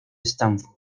stanford